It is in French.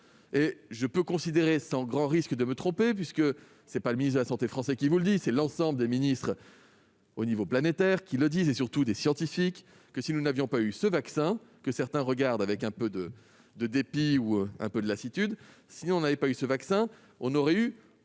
Je peux considérer sans grand risque de me tromper, puisque ce n'est pas le ministre de la santé français qui vous le dit, mais l'ensemble des ministres au niveau planétaire et, surtout, des scientifiques, que si nous n'avions pas eu ce vaccin, que certains regardent avec un peu de dépit ou de lassitude, nous aurions eu beaucoup plus